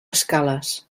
escales